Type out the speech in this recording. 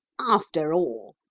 after all,